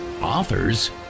authors